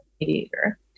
mediator